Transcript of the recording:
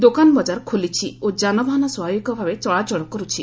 ଦୋକାନ ବଜାର ଖୋଲିଛି ଓ ଯାନବାହନ ସ୍ୱାଭାବିକ ଭାବେ ଚଳାଚଳ କରୁଛି